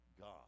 God